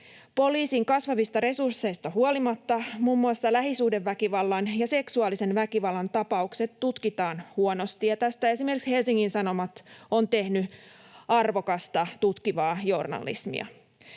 Poliisin kasvavista resursseista huolimatta muun muassa lähisuhdeväkivallan ja seksuaalisen väkivallan tapaukset tutkitaan huonosti, ja tästä esimerkiksi Helsingin Sanomat on tehnyt arvokasta tutkivaa journalismia.